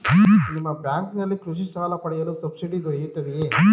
ನಿಮ್ಮ ಬ್ಯಾಂಕಿನಲ್ಲಿ ಕೃಷಿ ಸಾಲ ಪಡೆಯಲು ಸಬ್ಸಿಡಿ ದೊರೆಯುತ್ತದೆಯೇ?